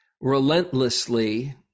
relentlessly